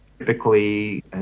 Typically